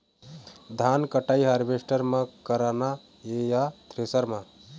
धान कटाई हारवेस्टर म करना ये या थ्रेसर म?